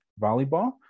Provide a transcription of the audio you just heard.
Volleyball